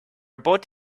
abort